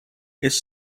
his